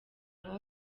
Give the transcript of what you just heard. aho